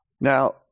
now